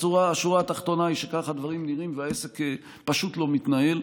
השורה התחתונה היא שכך הדברים נראים והעסק פשוט לא מתנהל.